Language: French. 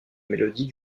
mélodie